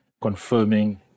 confirming